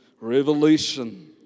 Revelation